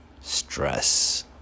stress